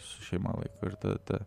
su šeima laiko ir ta ta